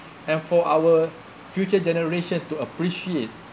and for our future generation to appreciate